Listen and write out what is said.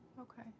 Okay